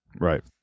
Right